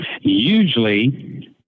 Usually